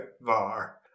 VAR